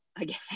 again